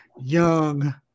young